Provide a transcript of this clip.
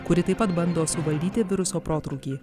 kuri taip pat bando suvaldyti viruso protrūkį